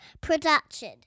production